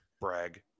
Brag